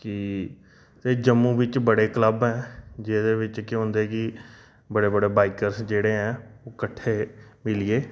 कि ते जम्मू बिच बड़े क्लब ऐ जेह्दे बिच केह् होंदे कि बड़े बड़े बाइकर्स जेह्ड़े ऐं ओह् किट्ठे मिलियै